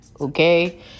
Okay